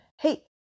Hey